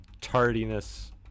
tardiness